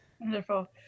wonderful